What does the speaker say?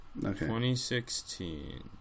2016